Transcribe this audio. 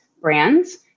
brands